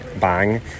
bang